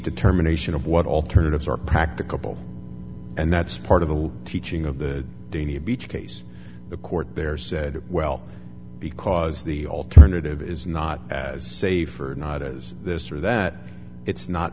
determination of what alternatives are practicable and that's part of the teaching of the dania beach case the court there said well because the alternative is not as safe or not as this or that it's not